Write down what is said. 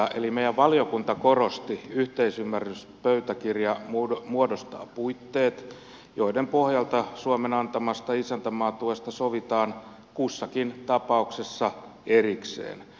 eli meidän valiokuntamme korosti että yhteisymmärryspöytäkirja muodostaa puitteet joiden pohjalta suomen antamasta isäntämaatuesta sovitaan kussakin tapauksessa erikseen